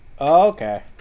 okay